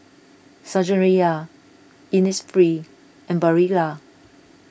Saizeriya Innisfree and Barilla